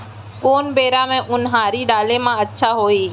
कोन बेरा म उनहारी डाले म अच्छा होही?